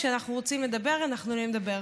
כשאנחנו רוצים לדבר, אנחנו עולים לדבר.